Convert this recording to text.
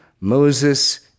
Moses